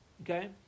Okay